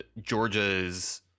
Georgia's